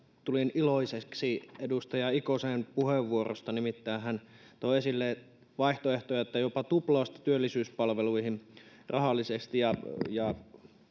tulin iloiseksi edustaja ikosen puheenvuorosta nimittäin hän toi esille vaihtoehtoja että tulisi jopa tuplausta työllisyyspalveluihin rahallisesti ja ja